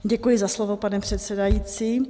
Děkuji za slovo, pane předsedající.